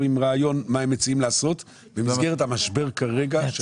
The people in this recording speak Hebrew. עם רעיון מה הם מציעים לעשות במסגרת המשבר כרגע.